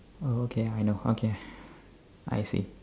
oh okay I know okay I see